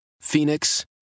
Phoenix